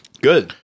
Good